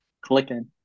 Clicking